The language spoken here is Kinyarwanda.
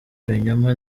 ibinyoma